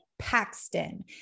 Paxton